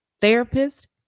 therapist